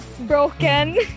broken